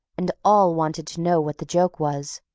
and all wanted to know what the joke was.